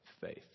faith